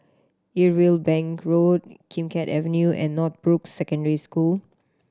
Irwell Bank Road Kim Keat Avenue and Northbrooks Secondary School